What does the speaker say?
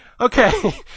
Okay